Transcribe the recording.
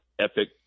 epic